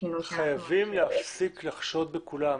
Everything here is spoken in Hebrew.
חייבים להפסיק לחשוד בכולם.